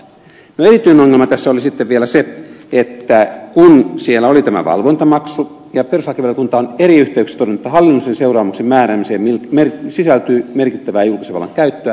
erityinen ongelma tässä oli sitten vielä se että siellä oli tämä valvontamaksu ja perustuslakivaliokunta on eri yhteyksissä todennut että hallinnollisen seuraamuksen määräämiseen sisältyy merkittävää julkisen vallan käyttöä